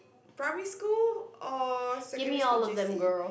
primary school or secondary school J_C